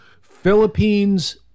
Philippines